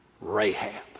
Rahab